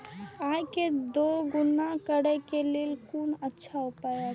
आय के दोगुणा करे के लेल कोन अच्छा उपाय अछि?